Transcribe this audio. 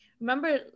remember